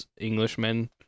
Englishmen